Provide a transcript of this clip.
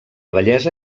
vellesa